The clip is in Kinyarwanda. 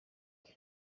ubu